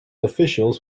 officials